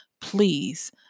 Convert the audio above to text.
please